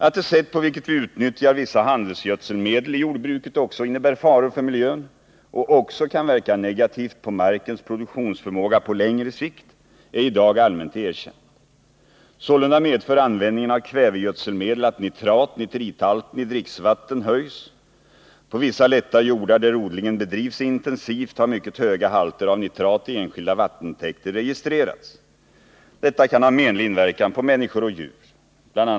Att det sätt på vilket vi utnyttjar vissa handelsgödselmedel i jordbruket också innebär faror för miljön och också kan verka negativt på markens produktionsförmåga på längre sikt är i dag allmänt erkänt. Sålunda medför användningen av kvävegödselmedel att nitrat-nitrithalten i dricksvatten höjs. På vissa lätta jordar, där odlingen bedrivs intensivt, har mycket höga halter av nitrat i enskilda vattentäkter registrerats. Detta kan ha menlig inverkan på människor och djur. Bl.